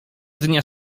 dnia